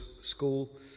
School